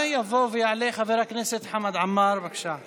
יעלה ויבוא חבר הכנסת חמד עמאר, בבקשה.